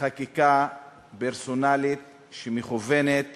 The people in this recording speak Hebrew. חקיקה פרסונלית שמכוונת